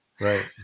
Right